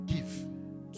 Give